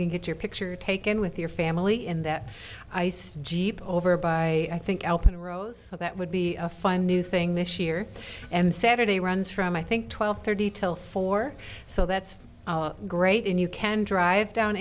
can get your picture taken with your family in that ice jeep over by i think elf and rose that would be a fine new thing this year and saturday runs from i think twelve thirty till four so that's great and you can drive down